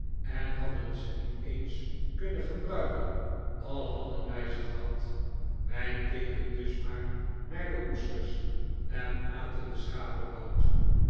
en hadden ze niet eens kunnen gebruiken al hadden wij ze gehad wij keken dus maar naar de oesters en aten den